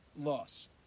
loss